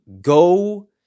go